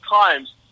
times